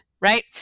right